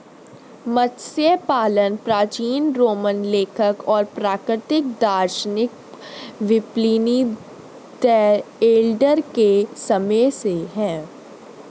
मत्स्य पालन प्राचीन रोमन लेखक और प्राकृतिक दार्शनिक प्लिनी द एल्डर के समय से है